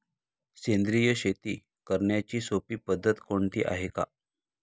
सेंद्रिय शेती करण्याची सोपी पद्धत कोणती आहे का?